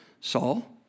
Saul